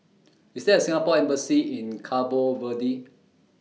IS There A Singapore Embassy in Cabo Verde